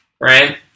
right